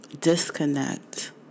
disconnect